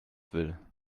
will